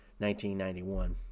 1991